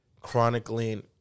chronicling